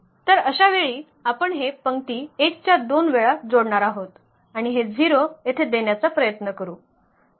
तर अशावेळी आपण हे पंक्ती 1 च्या दोन वेळा जोडणार आहोत आणि हे 0 येथे देण्याचा प्रयत्न करू